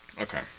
Okay